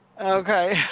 Okay